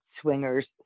swingers